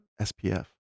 SPF